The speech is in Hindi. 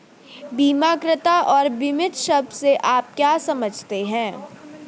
बीमाकर्ता और बीमित शब्द से आप क्या समझते हैं?